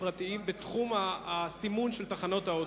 פרטיים בתחום הסימון של תחנות האוטובוס.